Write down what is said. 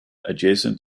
adjacent